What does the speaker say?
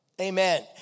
amen